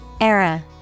Era